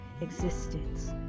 existence